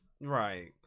Right